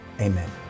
amen